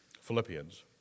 Philippians